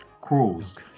Crawls